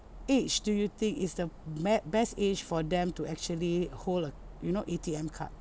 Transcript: age do you think is the met best age for them to actually hold a you know A_T_M card